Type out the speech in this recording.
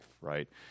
right